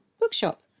bookshop